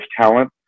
talent